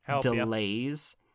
delays